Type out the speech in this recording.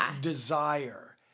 desire